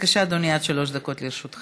של ירי שמסתיים במוות,